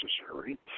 necessary